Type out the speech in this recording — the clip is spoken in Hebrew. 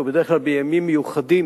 ובדרך כלל בימים מיוחדים